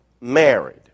married